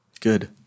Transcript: Good